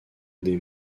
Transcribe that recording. des